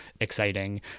exciting